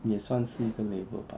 也算是一个 label bah